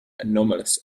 anomalous